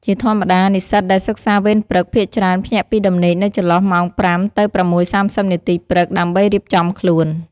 ជាធម្មតា និស្សិតដែលសិក្សាវេនព្រឹក ភាគច្រើនភ្ញាក់ពីដំណេកនៅចន្លោះម៉ោង ៥ ទៅ ៦:៣០ នាទី ព្រឹក ដើម្បីរៀបចំខ្លួន ។